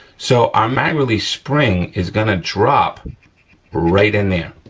so, our mag release spring is gonna drop right in there,